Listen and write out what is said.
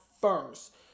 first